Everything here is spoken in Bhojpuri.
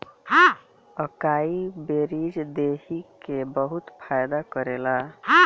अकाई बेरीज देहि के बहुते फायदा करेला